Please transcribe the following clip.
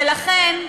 ולכן,